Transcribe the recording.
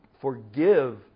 forgive